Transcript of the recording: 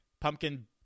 Pumpkin